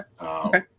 Okay